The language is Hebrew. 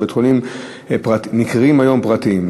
והם נקראים היום פרטיים.